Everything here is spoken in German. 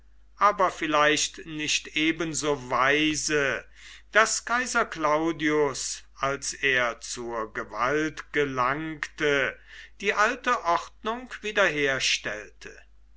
aber vielleicht nicht ebenso weise daß kaiser claudius als er zur gewalt gelangte die alte ordnung